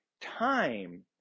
time